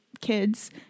kids